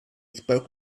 spoke